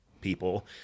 people